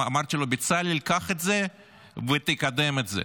אמרתי לו: בצלאל, קח את זה ותקדם את זה.